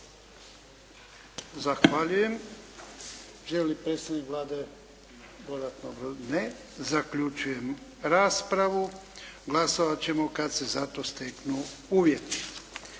Zahvaljujem. Želi li predstavnik Vlade dodatno obrazložiti? Ne. Zaključujem raspravu. Glasovat ćemo kad se za to steknu uvjeti.